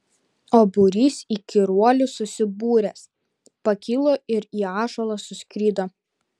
o būrys įkyruolių susibūręs pakilo ir į ąžuolą suskrido